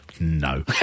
no